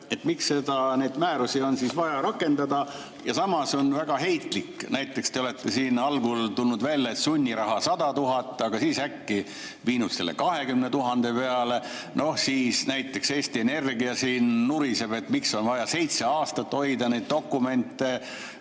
et miks neid määrusi on vaja rakendada. Samas on see väga heitlik, näiteks te olete siin toonud välja, et sunniraha on 100 000, aga siis äkki viinud selle 20 000 peale. Näiteks Eesti Energia nuriseb, miks on vaja seitse aastat hoida neid dokumente,